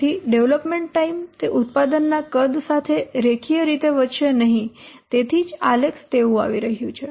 તેથી development time તે ઉત્પાદનના કદ સાથે રેખીય રીતે વધશે નહીં તેથી જ આલેખ તેવું આવી રહ્યું છે